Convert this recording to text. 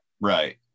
Right